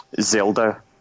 Zelda